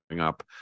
up